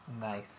Nice